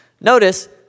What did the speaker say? Notice